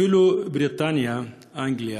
אפילו בריטניה, אנגליה,